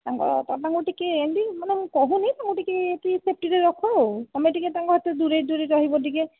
ତାଙ୍କ ବାବାଙ୍କୁ ଟିକେ ଏମିତି ମାନେ ମୁଁ କହୁନି କିନ୍ତୁ ଟିକେ ସେଫ୍ଟିରେ ରଖ ଆଉ ତୁମେ ଟିକେ ତାଙ୍କ ଠୁ ଦୂରେଇ ଦୂରେଇ ରହିବ ଟିକେ